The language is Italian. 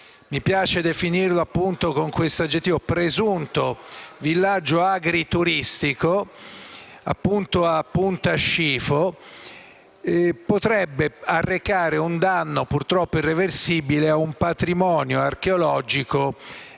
mi piace definirlo con questo aggettivo - villaggio agrituristico a Punta Scifo potrebbe arrecare un danno, purtroppo irreversibile, a un patrimonio archeologico